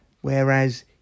Whereas